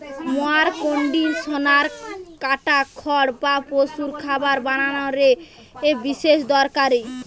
mower conditioner কাটা খড় বা পশুর খাবার বানানা রে বিশেষ দরকারি